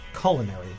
culinary